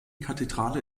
kathedrale